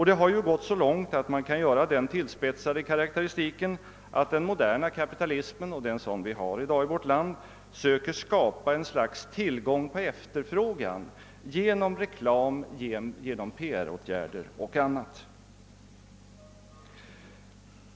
Det har gått så långt att man kan göra den tillspetsade karakteristiken att den moderna kapitalismen — det är en sådan vi har i dag i vårt land — söker skapa ett slags tillgång på efterfrågan genom reklam, PR-åtgärder 0. s. v.